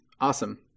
Awesome